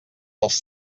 els